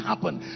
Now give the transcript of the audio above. Happen